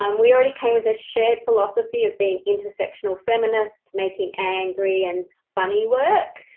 um we already came with a shared philosophy of being intersectional feminists making angry and funny work.